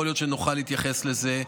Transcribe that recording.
יכול להיות שנוכל להתייחס לזה,